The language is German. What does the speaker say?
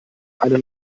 eine